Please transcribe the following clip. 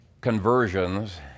conversions